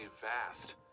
vast